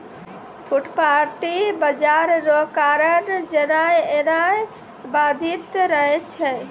फुटपाटी बाजार रो कारण जेनाय एनाय बाधित रहै छै